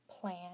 plan